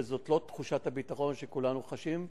וזאת לא תחושת הביטחון שכולנו חשים,